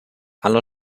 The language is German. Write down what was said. aller